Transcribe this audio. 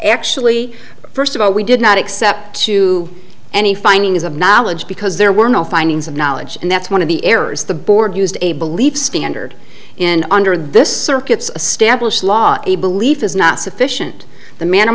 actually first of all we did not accept to any findings of knowledge because there were no findings of knowledge and that's one of the errors the board used a belief standard in under this circuit's a stamp law a belief is not sufficient the man or